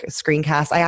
screencast